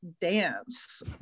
dance